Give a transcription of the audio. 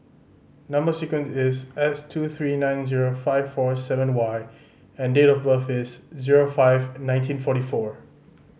number sequence is S two three nine zero five four seven Y and date of birth is zero five nineteen forty four